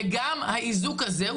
וגם האיזוק הזה,